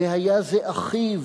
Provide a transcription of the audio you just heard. והיה זה אחיו,